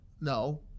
No